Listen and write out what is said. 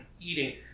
eating